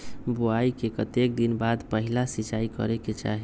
बोआई के कतेक दिन बाद पहिला सिंचाई करे के चाही?